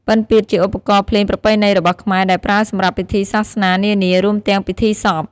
ពិណពាទ្យជាឧបករណ៍ភ្លេងប្រពៃណីរបស់ខ្មែរ ដែលប្រើសម្រាប់ពិធីសាសនានានា រួមទាំងពិធីសព។